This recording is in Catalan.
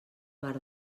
bar